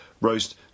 roast